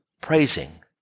praising